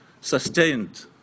sustained